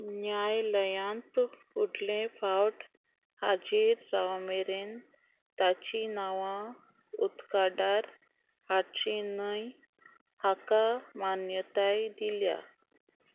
न्यायालयांत फुडले फावट हाजीर राव मेरेन ताची नांवां उदकादार हाडचीं न्हय हाका मान्यताय दिल्या